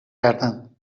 کردند